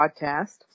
podcast